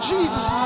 Jesus